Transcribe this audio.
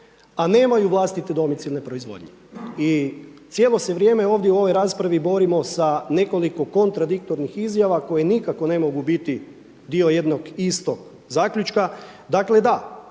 a nemaju vlastite domicilne proizvodnje. I cijelo se vrijeme ovdje u ovoj raspravi borimo sa nekoliko kontradiktornih izjava koje nikako ne mogu biti dio jednog istog zaključka. Dakle, da,